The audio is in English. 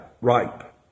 ripe